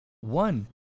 one